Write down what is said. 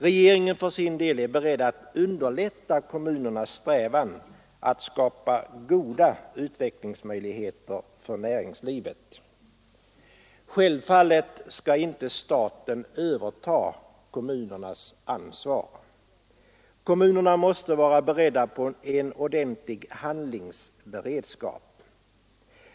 Regeringen för sin del är beredd att underlätta kommunernas strävan att skapa goda utvecklingsmöjligheter för näringslivet. Självfallet skall inte staten överta kommunernas ansvar. Kommunerna måste vara inställda på en ordentlig handlingsberedskap.